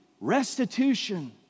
restitution